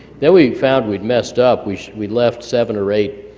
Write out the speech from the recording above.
then we found we'd messed up we we left seven or eight